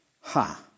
Ha